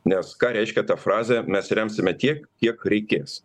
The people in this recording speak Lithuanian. nes ką reiškia ta frazė mes remsime tiek kiek reikės